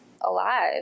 alive